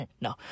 No